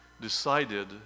decided